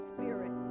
Spirit